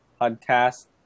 podcast